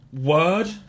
Word